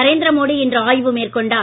நரேந்திர மோடி இன்று ஆய்வு மேற்கொண்டார்